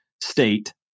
State